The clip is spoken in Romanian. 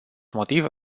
motiv